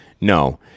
No